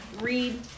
read